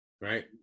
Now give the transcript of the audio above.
Right